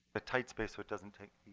a tight space so it doesn't take